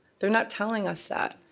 they're not telling us that.